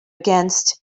against